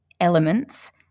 elements